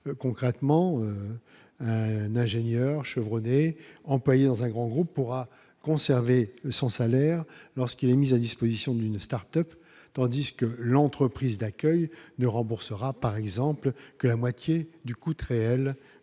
concrètement un ingénieur chevronné, employé dans un grand groupe, pourra conserver son salaire lorsqu'il est mise à disposition d'une Start-Up, tandis que l'entreprise d'accueil ne remboursera par exemple que la moitié du coût très réelle